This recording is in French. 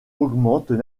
augmentent